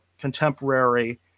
contemporary